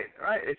right